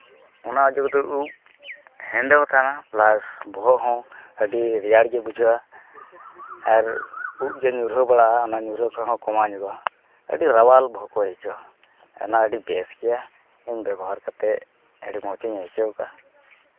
ᱚᱱᱟ ᱚᱡᱚᱜ ᱠᱟᱛᱮᱫ ᱩᱵ ᱦᱮᱸᱫᱮ ᱦᱚᱸ ᱛᱟᱦᱮᱱᱟ ᱯᱞᱟᱥ ᱵᱚᱦᱚᱜ ᱦᱚᱸ ᱟᱹᱰᱤ ᱨᱮᱭᱟᱜᱲ ᱜᱮ ᱵᱩᱡᱷᱟᱹᱜᱼᱟ ᱟᱨ ᱩᱵ ᱡᱮ ᱧᱩᱨᱦᱟᱹ ᱵᱟᱲᱟᱜᱼᱟ ᱚᱱᱟ ᱧᱩᱨᱦᱟᱹ ᱠᱷᱚᱱ ᱦᱚᱸ ᱠᱚᱢᱟᱣ ᱧᱚᱜᱚᱜᱼᱟ ᱟᱹᱰᱤ ᱨᱟᱣᱟᱞ ᱵᱚᱦᱚᱜ ᱠᱚ ᱟᱹᱭᱠᱟᱹᱜᱼᱟ ᱚᱱᱟ ᱟᱹᱰᱤ ᱵᱮᱥ ᱜᱮᱭᱟ ᱚᱱᱟ ᱥᱩᱱᱩᱢ ᱵᱮᱵᱚᱦᱟᱨ ᱠᱟᱛᱮᱫ ᱟᱹᱰᱤ ᱢᱚᱡᱽ ᱤᱧ ᱟᱹᱭᱠᱟᱹᱣ ᱠᱟᱜᱼᱟ